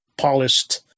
polished